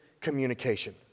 communication